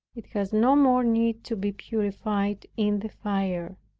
it has no more need to be purified in the fire,